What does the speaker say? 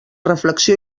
reflexió